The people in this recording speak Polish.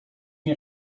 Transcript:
nie